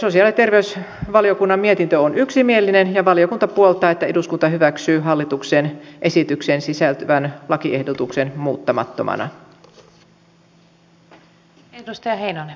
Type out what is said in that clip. sosiaali ja terveysvaliokunnan mietintö on yksimielinen ja valiokunta puoltaa että eduskunta hyväksyy hallituksen esitykseen sisältyvän lakiehdotuksen muuttamattomana